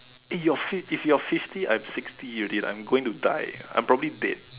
eh you're fif~ if you're fifty I am sixty already I am going to die I am probably dead